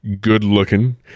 good-looking